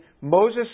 Moses